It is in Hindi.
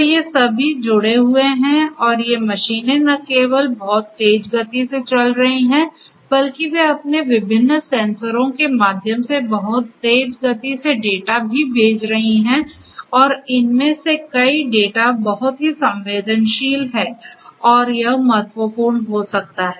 तो ये सभी जुड़े हुए हैं और ये मशीनें न केवल बहुत तेज़ गति से चल रही हैं बल्कि वे अपने विभिन्न सेंसरों के माध्यम से भी बहुत तेज़ गति से डेटा भेज रही हैं और इनमें से कई डेटा बहुत ही संवेदनशील हैं और यह महत्वपूर्ण हो सकता है